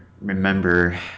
remember